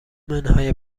منهای